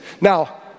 Now